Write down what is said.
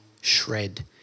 Shred